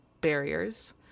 barriers